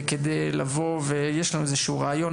כדי לבוא ויש לנו איזשהו רעיון,